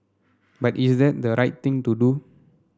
but is that the right thing to do